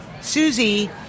Susie